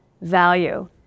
value